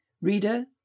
Reader